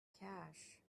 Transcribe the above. cash